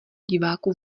diváků